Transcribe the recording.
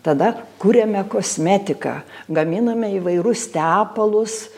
tada kuriame kosmetiką gaminame įvairius tepalus